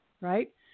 Right